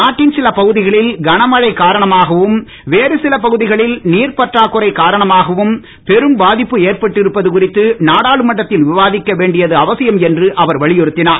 நாட்டின் சில பகுதிகளில் கனமழை காரணமாகவும் சில பகுதிகளில் நீர்ப்பற்றாக்குறை காரணமாகவும் பெரும் பாதிப்பு வேறு ஏற்பட்டிருப்பது குறித்து நாடாளுமன்றத்தில் விவாதிக்க வேண்டியது அவசியம் என்று அவர் வலியுறுத்தினார்